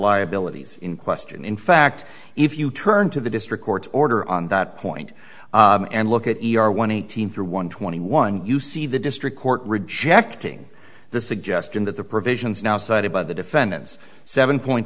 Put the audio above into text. liabilities in question in fact if you turn to the district court's order on that point and look at one thousand through one twenty one you see the district court rejecting the suggestion that the provisions now cited by the defendants seven point